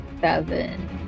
seven